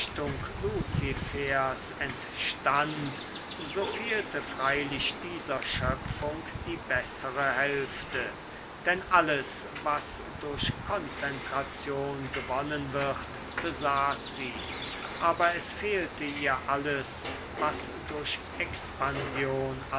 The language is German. entstand so fehlte freilich dieser schöpfung die bessere hälfte denn alles was durch konzentration gewonnen wird besaß sie aber es fehlte ihr alles was durch expansion